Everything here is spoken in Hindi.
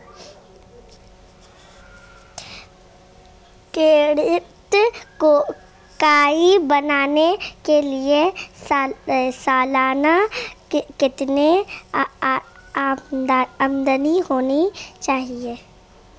क्रेडिट कार्ड बनाने के लिए सालाना कितनी आमदनी होनी चाहिए?